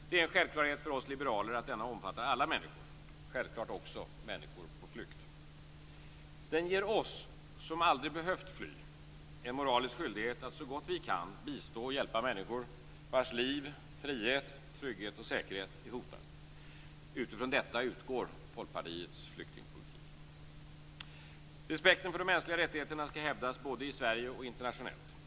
Det är en självklarhet för oss liberaler att denna omfattar alla människor, självklart också människor på flykt. Den ger oss - som aldrig behövt fly - en moralisk skyldighet att så gott vi kan bistå och hjälpa människor vars liv, frihet, trygghet och säkerhet är hotade. Från detta utgår Folkpartiets flyktingpolitik. Respekten för de mänskliga rättigheterna skall hävdas både i Sverige och internationellt.